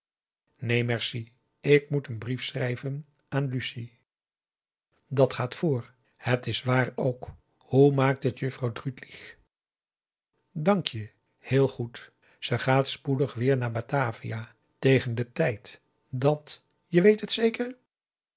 neen merci ik moet een brief schrijven aan lucie dat gaat voor het is waar ook hoe maakt het juffrouw drütlich dank je heel goed ze gaat spoedig weer naar batavia tegen den tijd dat je weet het zeker